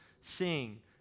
Sing